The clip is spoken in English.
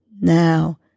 Now